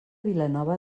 vilanova